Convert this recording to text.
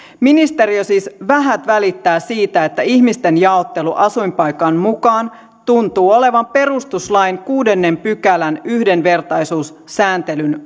ministeriö siis vähät välittää siitä että ihmisten jaottelu asuinpaikan mukaan tuntuu olevan perustuslain kuudennen pykälän yhdenvertaisuussääntelyn